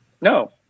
No